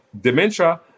dementia